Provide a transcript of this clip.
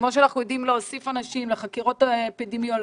כמו שאנחנו יודעים להוסיף אנשים לחקירות האפידמיולוגיות,